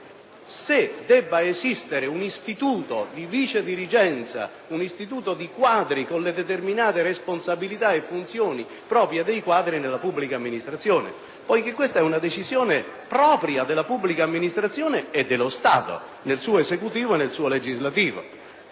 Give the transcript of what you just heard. se debba esistere un istituto di vicedirigenza o di quadri con determinate responsabilità e funzioni nell'ambito della pubblica amministrazione, poiché questa è una decisione propria della pubblica amministrazione e dello Stato nei suoi ambiti esecutivo e legislativo.